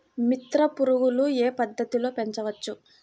మిత్ర పురుగులు ఏ పద్దతిలో పెంచవచ్చు?